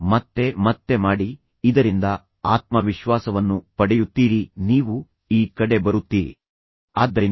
ಈಗ ಮತ್ತೆ ಇಲ್ಲಿ ಸಮಸ್ಯೆಯ ಮೇಲೆ ಕೇಂದ್ರೀಕರಿಸಿ ವ್ಯಕ್ತಿಯ ಮೇಲೆ ಅಲ್ಲ